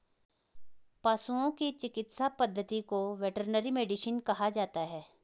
पशुओं की चिकित्सा पद्धति को वेटरनरी मेडिसिन कहा जाता है